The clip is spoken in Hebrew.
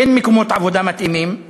אין מקומות עבודה מתאימים,